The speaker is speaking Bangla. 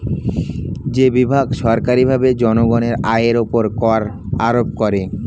যে বিভাগ সরকারীভাবে জনগণের আয়ের উপর কর আরোপ করে